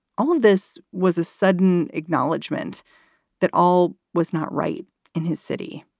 all of this was a sudden acknowledgment that all was not right in his city.